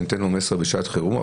מסר לשעת חירום,